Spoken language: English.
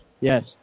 Yes